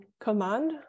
command